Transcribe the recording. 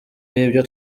y’ibyo